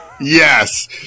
Yes